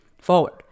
forward